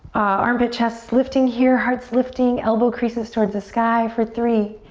armpit chest lifting here, heart's lifting. elbow creases towards the sky for three,